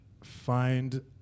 find